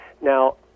Now